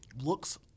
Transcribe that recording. looks